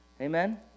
Amen